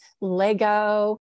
Lego